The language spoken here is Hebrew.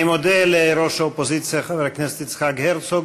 אני מודה לראש האופוזיציה חבר הכנסת יצחק הרצוג.